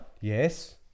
Yes